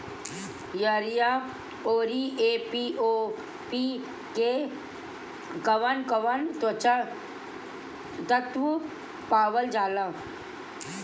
Urea औरी AOP मै कौवन कौवन तत्व पावल जाला?